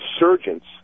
insurgents